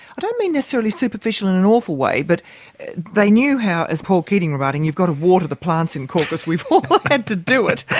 i don't mean necessarily superficial in an awful way, but they knew how, as paul keating remarked, and you've got to water the plants in caucus, we've all had to do it.